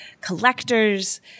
collectors